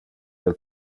del